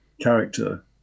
character